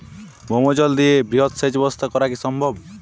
ভৌমজল দিয়ে বৃহৎ সেচ ব্যবস্থা করা কি সম্ভব?